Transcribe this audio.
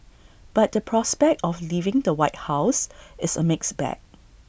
but the prospect of leaving the white house is A mixed bag